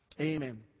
Amen